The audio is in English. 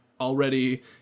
already